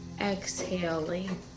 exhaling